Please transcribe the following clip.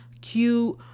cute